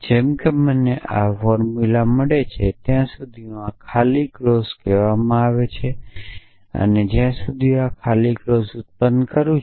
જેમ કે મને ફોર્મુલા મળે ત્યાં સુધી આ નલ ક્લોઝ કહેવામાં આવે છે ત્યાં સુધી હું નલ ક્લોઝ ઉત્પન્ન કરું છું